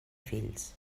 fills